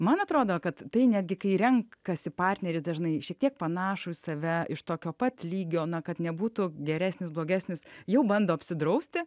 man atrodo kad tai netgi kai renkasi partneris dažnai šiek tiek panašų į save iš tokio pat lygio na kad nebūtų geresnis blogesnis jau bando apsidrausti